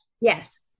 Yes